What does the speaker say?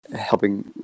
helping